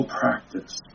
practice